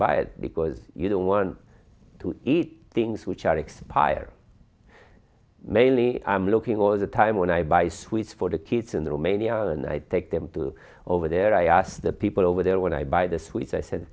buy it because you don't want to eat things which are expire mainly i'm looking was a time when i buy sweets for the kids in the romania and i take them to over there i asked the people over there when i buy the sweets i said